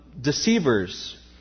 deceivers